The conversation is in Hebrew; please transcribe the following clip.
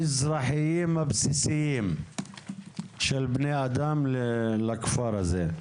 האזרחיים הבסיסיים של בני אדם לכפר הזה.